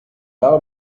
out